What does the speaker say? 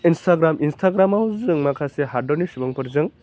Instagram इन्सटाग्रामाव जों माखासे हादरनि सुबुंफोरजों